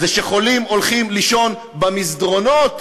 ושחולים הולכים לישון במסדרונות,